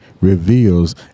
reveals